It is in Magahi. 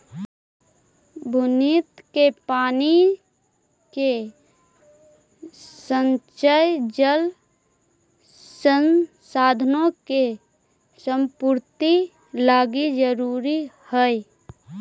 बुन्नी के पानी के संचय जल संसाधनों के संपूर्ति लागी जरूरी हई